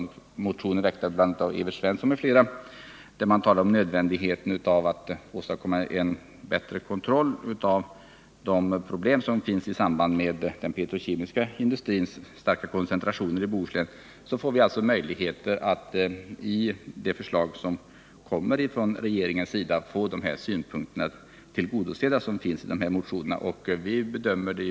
Man pekar på nödvändigheten av att åstadkomma en bättre kontroll av problemen i samband med den petrokemiska industrins starka koncentration till Bohuslän. Genom den majoritet av socialdemokrater och centerpartister som därvid har bildats i utskottet har vi fått möjlighet att i regeringens kommande förslag få de synpunkter som framförts i motionerna tillgodosedda.